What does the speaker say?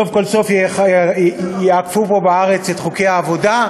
סוף כל סוף יאכפו פה בארץ את חוקי העבודה.